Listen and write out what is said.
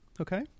okay